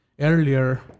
earlier